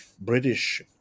British